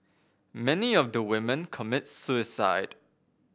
many of the women commit suicide